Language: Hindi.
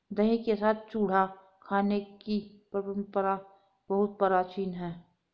दही के साथ चूड़ा खाने की परंपरा बहुत प्राचीन है